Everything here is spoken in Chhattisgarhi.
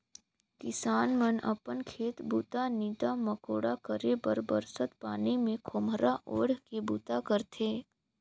किसान मन अपन खेत बूता, नीदा मकोड़ा करे बर बरसत पानी मे खोम्हरा ओएढ़ के बूता करथे